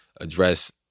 address